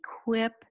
equip